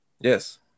yes